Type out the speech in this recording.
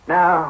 Now